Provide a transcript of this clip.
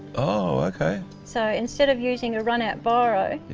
oh okay. so instead of using a run out biro yeah.